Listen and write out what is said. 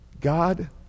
God